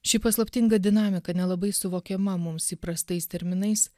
ši paslaptinga dinamika nelabai suvokiama mums įprastais terminais